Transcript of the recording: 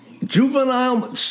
Juvenile